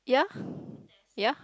yeah yeah